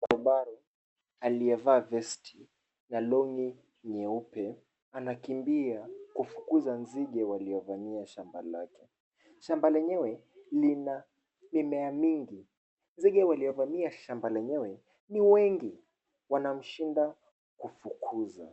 Barobaro aliyevaa vesti na long'i nyeupe anakimbia kufukuza nzige waliovamia shamba lake. Shamba lenyewe lina mimea mingi. Nzige waliovamia shamba lenyewe ni wengi. Wanamshinda kufukuza.